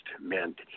meant